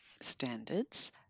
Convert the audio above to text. standards